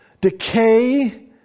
decay